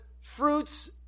fruits